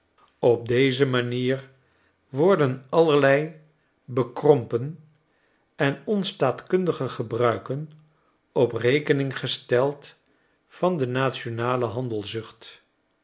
op dezelfde manier worden allerlei bekrompen en onstaatkundige gebruiken op rekening gesteld van den nationalen